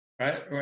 right